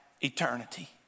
eternity